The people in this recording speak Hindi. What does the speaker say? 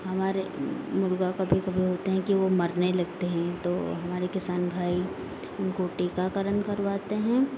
हमारे मुर्गा कभी कभी होते हैं कि वो मरने लगते हैं तो हमारे किसान भाई उनको टीकाकरण करवाते हैं